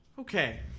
Okay